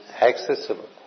accessible